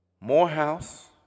Morehouse